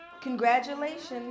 Congratulations